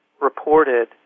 reported